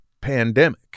pandemic